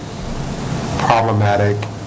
problematic